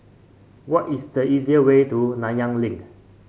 what is the easiest way to Nanyang Link